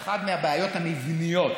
את אחת מהבעיות המבניות